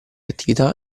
attività